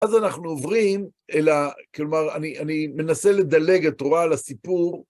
אז אנחנו עוברים אל ה... כלומר, אני מנסה לדלג את תורה לסיפור.